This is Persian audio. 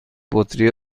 بطری